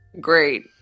great